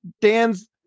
Dan's